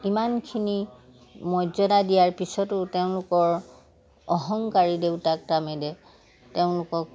ইমানখিনি মৰ্যাদা দিয়াৰ পিছতো তেওঁলোকৰ অহংকাৰী দেউতাক টামেদে তেওঁলোকক